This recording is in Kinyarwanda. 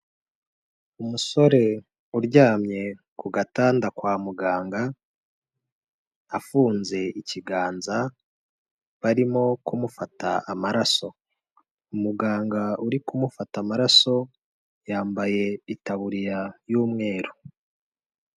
Umusore uryamye ku gatanda kwa muganga, afunze ikiganza, barimo kumufata amaraso. Umuganga uri kumufata amaraso, yambaye itaburiya y'umweru.